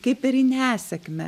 kaip ir į nesėkmę